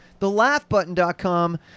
thelaughbutton.com